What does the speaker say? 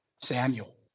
Samuel